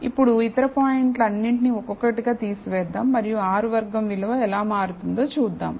ఇప్పుడు ఇతర పాయింట్లు అన్నింటినీ ఒక్కొక్కటిగా తీసివేద్దాం మరియు R వర్గం విలువ ఎలా మారుతుందో చూద్దాం